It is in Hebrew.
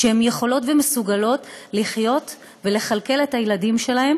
שהן יכולות ומסוגלות לחיות ולכלכל את הילדים שלהן